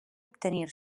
obtenir